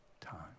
time